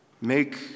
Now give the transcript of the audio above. make